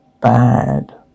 bad